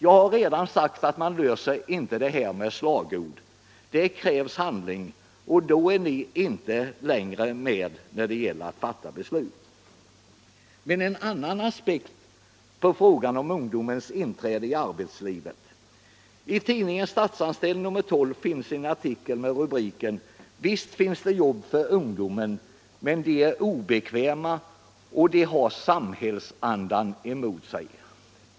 Jag har redan sagt att man löser inte denna fråga med slagord. Det krävs handling. Då är ni inte längre med på att fatta beslut. Men det finns en annan aspekt på frågan om ungdomens inträde i arbetslivet. I tidningen Statsanställd, nr 12 för i år, finns en artikel med rubriken Visst finns det jobb för ungdom, men de är obekväma och ”de har samhällsandan emot sig”.